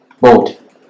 boat